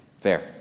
Fair